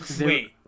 Wait